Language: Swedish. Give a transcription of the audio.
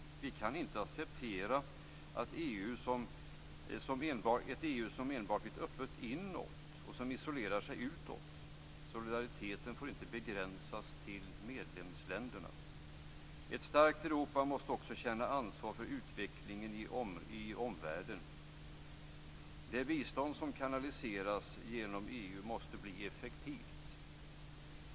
Vi kan inte acceptera ett EU som enbart blir öppet inåt och som isolerar sig utåt. Solidariteten får inte begränsas till medlemsländerna. Ett starkt Europa måste också känna ansvar för utvecklingen i omvärlden. Det bistånd som kanaliseras genom EU måste bli effektivt.